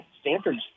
Stanford's